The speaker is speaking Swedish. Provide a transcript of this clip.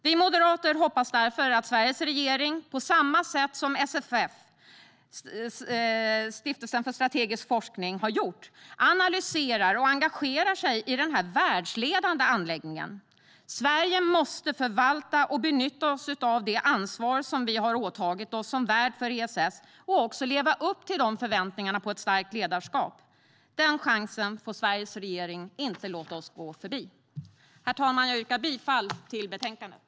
Vi moderater hoppas därför att Sveriges regering, på samma sätt som Stiftelsen för strategisk forskning har gjort, analyserar och engagerar sig i denna världsledande anläggning. Sverige måste förvalta och benytta oss av det ansvar vi har åtagit oss som värd för ESS och också leva upp till förväntningarna på ett starkt ledarskap. Den chansen får Sveriges regering inte låta gå oss förbi! Jag yrkar bifall till utskottets förslag i betänkandet.